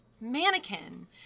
mannequin